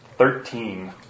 Thirteen